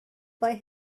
buy